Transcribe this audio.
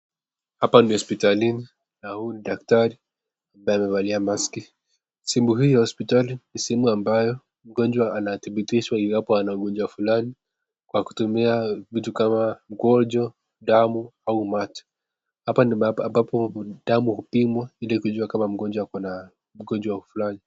Hapa ni hospitalini na huyu ni daktari ambaye amevalia maski, simu hii ya hospitali ni simu ambayo mgonjwa anadhibitishwa iwapo ana ugonjwa fulani kwa kutumia vitu kama vile mkojo, damu au mate, hapa ni mahali amabapo damu hupimwa ili kujua kama mgonjwa ako na ugonjwa fulani.